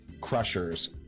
crushers